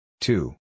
Two